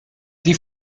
die